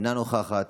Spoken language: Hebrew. אינה נוכחת,